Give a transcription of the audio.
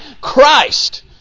Christ